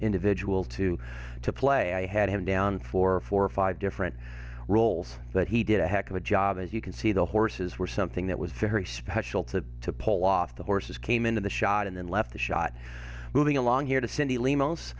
individual to to play i had him down for four or five different roles but he did a heck of a job as you can see the horses were something that was very special to to pull off the horses came into the shot and then left the shot moving along here to cindy